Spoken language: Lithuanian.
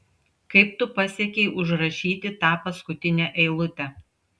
kaip tu pasiekei užrašyti tą paskutinę eilutę